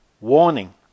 Warning